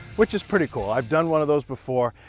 which is pretty cool. i've done one of those before.